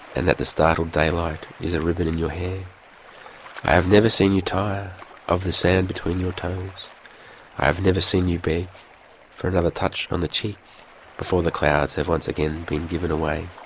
and that the startled daylight is a ribbon in your hair i have never seen you tire of the sand between your toes i have never seen you beg for another touch on the cheek before the clouds have once again been given away